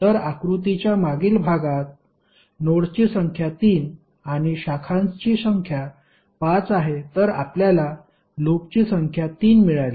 तर आकृतीच्या मागील भागात नोडस्ची संख्या 3 आणि शाखांची संख्या 5 आहे तर आपल्याला लूप्सची संख्या 3 मिळाली